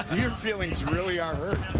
ah your feelings really are hurt.